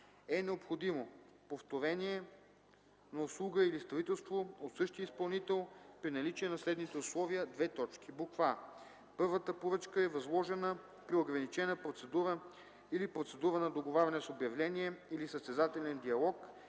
е необходимо повторение на услуга или строителство от същия изпълнител при наличие на следните условия: а) първата поръчка е възложена при ограничена процедура или процедура на договаряне с обявление, или състезателен диалог